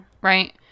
Right